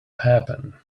happen